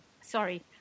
sorry